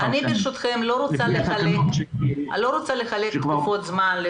אני לא רוצה לחלק לתקופות זמן,